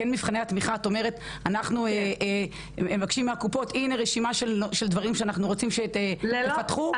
את אומרת שאתם נותנים לקופות רשימה של דברים שאתם מבקשים שהן יפתחו,